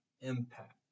impact